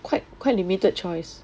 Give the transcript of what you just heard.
quite quite limited choice